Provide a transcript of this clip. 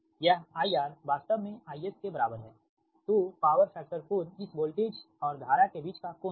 यह IR वास्तव में IS के बराबर है तो पावर फैक्टर कोण इस वोल्टेज और धारा के बीच का कोण होगा